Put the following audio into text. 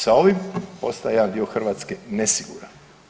Sa ovim postaje jedan dio Hrvatske nesiguran.